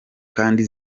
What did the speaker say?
kandi